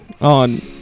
on